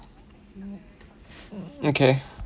okay